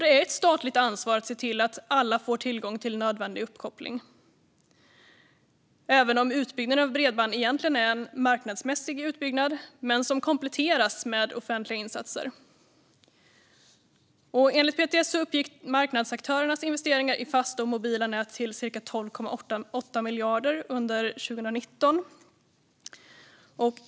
Det är ett statligt ansvar att se till att alla får tillgång till nödvändig uppkoppling, även om utbyggnaden av bredband egentligen är en marknadsmässig utbyggnad som kompletteras med offentliga insatser. Enligt PTS uppgick marknadsaktörernas investeringar i fasta och mobila nät till cirka 12,8 miljarder kronor under 2019.